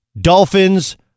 Dolphins